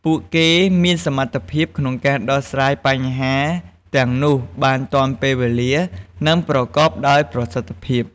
ពួកគេមានសមត្ថភាពក្នុងការដោះស្រាយបញ្ហាទាំងនោះបានទាន់ពេលវេលា និងប្រកបដោយប្រសិទ្ធភាព។